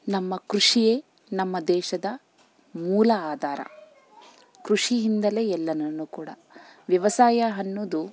ನಮ್ಮ ಕೃಷಿಯೇ ನಮ್ಮ ದೇಶದ ಮೂಲ ಆಧಾರ ಕೃಷಿಯಿಂದಲೇ ಎಲ್ಲನು ಕೂಡ ವ್ಯವಸಾಯ ಅನ್ನೋದು